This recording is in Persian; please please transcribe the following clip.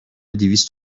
دویست